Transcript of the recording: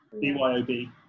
B-Y-O-B